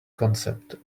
concept